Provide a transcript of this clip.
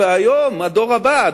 והיום הדור הבא,